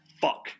fuck